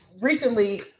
recently